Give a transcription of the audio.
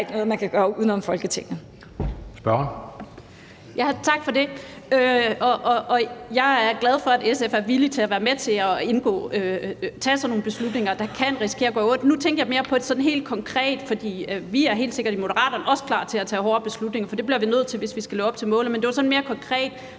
Spørgeren. Kl. 13:39 Karin Liltorp (M): Tak for det. Jeg er glad for, at SF er villig til at være med til at tage sådan nogle beslutninger, der kan risikere at gøre ondt. Men nu tænkte jeg mere på det sådan helt konkret, for vi er i Moderaterne helt sikkert også klar til at tage hårde beslutninger, for det bliver vi nødt til, hvis vi skal leve op til målet. Men det var sådan mere konkret,